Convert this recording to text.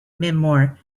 memoir